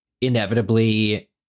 inevitably